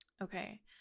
Okay